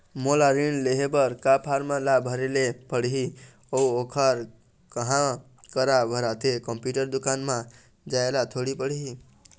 मोला ऋण लेहे बर का फार्म ला भरे ले पड़ही अऊ ओहर कहा करा भराथे, कंप्यूटर दुकान मा जाए ला थोड़ी पड़ही?